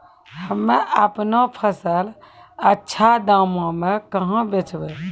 हम्मे आपनौ फसल अच्छा दामों मे कहाँ बेचबै?